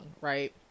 right